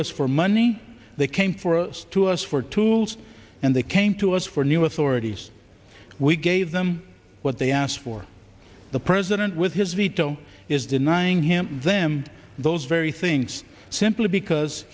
us for money they came for us to us were tools and they came to us for new authorities we gave them what they asked for the president with his veto is denying him them those very things simply because